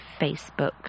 Facebook